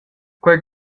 quei